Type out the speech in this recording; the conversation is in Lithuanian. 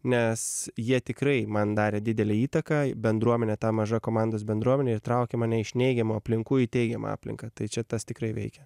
nes jie tikrai man darė didelę įtaką bendruomenė ta maža komandos bendruomenė įtraukė mane iš neigiamų aplinkų į teigiamą aplinką tai čia tas tikrai veikia